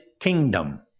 kingdom